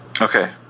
Okay